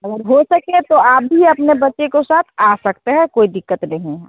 और हो सके तो आप भी अपने बच्चे को साथ आ सकते हैं कोई दिक्कत नहीं है